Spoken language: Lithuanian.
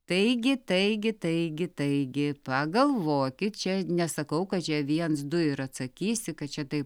taigi taigi taigi taigi pagalvokit čia nesakau kad čia viens du ir atsakysi kad čia taip